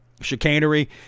chicanery